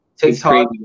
TikTok